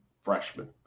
freshman